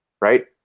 right